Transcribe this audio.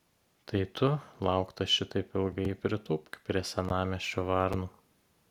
tai tu lauktas šitaip ilgai pritūpk prie senamiesčių varnų